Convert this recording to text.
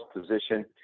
position